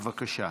בבקשה.